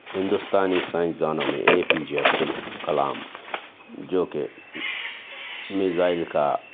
ہندوستانی سائنسدانوں میں A P J Abdul Kalam جو کہ میزائیل کا